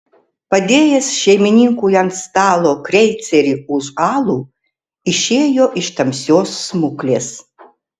padėjęs šeimininkui ant stalo kreicerį už alų išėjo iš tamsios smuklės